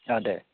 दे